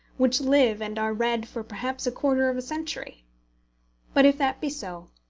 which live and are read for perhaps a quarter of a century but if that be so,